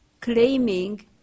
claiming